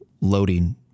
loading